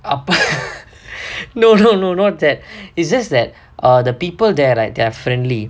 up no no no not that is just that the people there right they're friendly